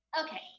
Okay